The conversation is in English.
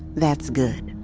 that's good